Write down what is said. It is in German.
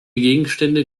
gegenstände